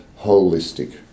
holistic